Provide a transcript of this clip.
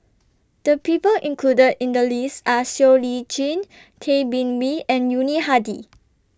The People included in The list Are Siow Lee Chin Tay Bin Wee and Yuni Hadi